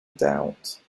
doubt